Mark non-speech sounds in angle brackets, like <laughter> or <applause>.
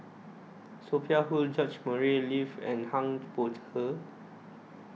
Sophia Hull George Murray <unintelligible> and <unintelligible>